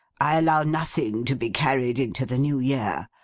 i allow nothing to be carried into the new year.